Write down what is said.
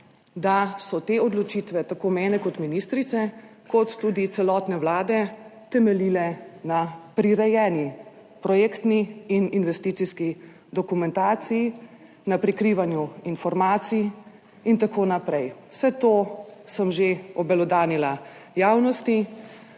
da so te odločitve tako mene kot ministrice, kot tudi celotne Vlade temeljile na prirejeni projektni in investicijski dokumentaciji, na prikrivanju informacij in tako naprej. Vse to sem že obelodanila javnosti.